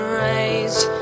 raised